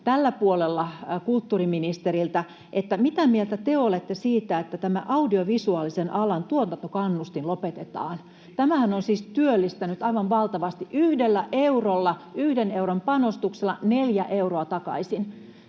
tällä puolella kulttuuriministeriltä: Mitä mieltä te olette siitä, että tämä audiovisuaalisen alan tuotantokannustin lopetetaan? Tämähän on siis työllistänyt aivan valtavasti — yhden euron panostuksella neljä euroa takaisin.